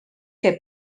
que